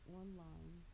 online